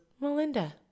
Melinda